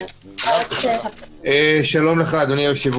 אני מצטרף